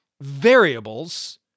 variables